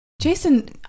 Jason